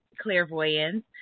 clairvoyance